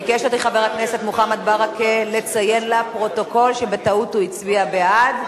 ביקש ממני חבר הכנסת מוחמד ברכה לציין לפרוטוקול שבטעות הוא הצביע בעד,